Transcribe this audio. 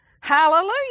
hallelujah